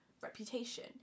reputation